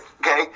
okay